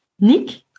Nick